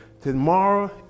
Tomorrow